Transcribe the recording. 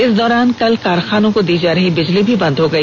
इस दौरान कल कारखानों को दी जा रही बिजली भी बंद हो गई